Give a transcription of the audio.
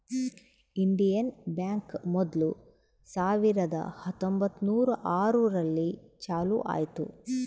Indian bank ಮೊದ್ಲು ಸಾವಿರದ ಹತ್ತೊಂಬತ್ತುನೂರು ಆರು ರಲ್ಲಿ ಚಾಲೂ ಆಯ್ತು